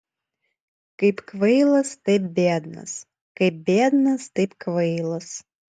kaip kvailas taip biednas kaip biednas taip kvailas